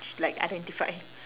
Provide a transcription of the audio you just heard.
like identify